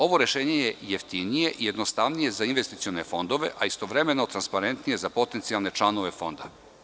Ovo rešenje je jeftinije i jednostavnije za investicione fondove, a istovremeno transparentnije za potencijalne članove fonda.